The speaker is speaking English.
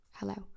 Hello